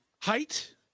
height